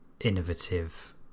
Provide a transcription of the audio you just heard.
innovative